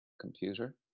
computer